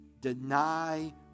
deny